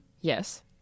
yes